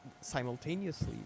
simultaneously